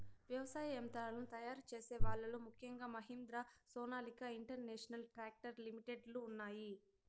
వ్యవసాయ యంత్రాలను తయారు చేసే వాళ్ళ లో ముఖ్యంగా Mahindra, Sonalika international tractor limited లు ఉన్నాయి